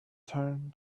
turned